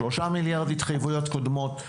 שלושה מיליארד התחייבויות קודמות,